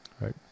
Right